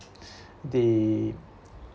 the